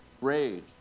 rage